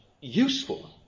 useful